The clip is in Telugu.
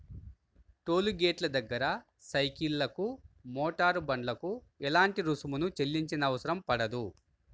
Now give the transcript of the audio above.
టోలు గేటుల దగ్గర సైకిళ్లకు, మోటారు బండ్లకు ఎలాంటి రుసుమును చెల్లించనవసరం పడదు